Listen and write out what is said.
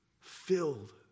filled